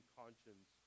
conscience